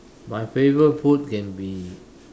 my favourite food can be